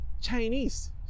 Chinese